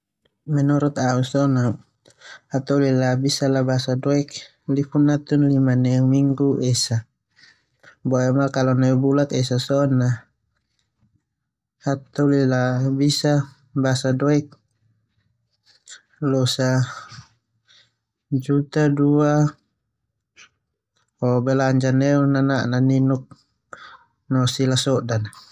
Menurut au so na hataholi la biasa labasa lifun natun limaneu minggu esa boema neu bulak esa so na ala labasa doik losa juta dua.